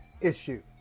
issue